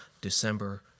December